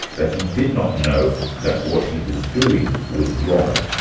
that he did not know that what he was doing was wrong.